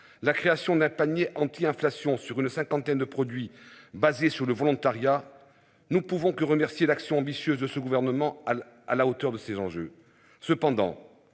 La création d'un panier anti-inflation sur une cinquantaine de produits basés sur le volontariat. Nous pouvons que remercier d'action ambitieuse de ce gouvernement, à la, à la hauteur de ces enjeux